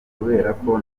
kuberako